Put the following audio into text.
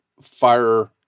fire